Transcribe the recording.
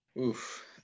Oof